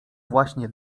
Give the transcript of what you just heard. właśnie